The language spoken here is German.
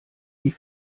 die